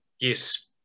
Yes